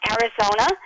Arizona